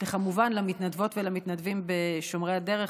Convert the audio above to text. וכמובן למתנדבות ולמתנדבים ב"שומרי הדרך",